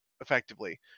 effectively